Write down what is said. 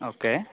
okay